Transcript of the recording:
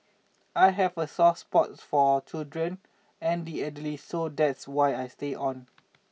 I have a soft spot for children and the elderly so that's why I stayed on